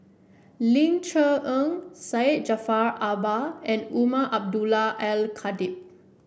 Ling Cher Eng Syed Jaafar Albar and Umar Abdullah Al Khatib